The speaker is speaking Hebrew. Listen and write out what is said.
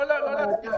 לא להצביע.